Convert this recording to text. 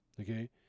Okay